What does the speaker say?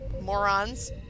morons